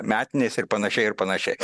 metines ir panašiai ir panašiai